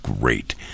great